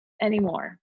anymore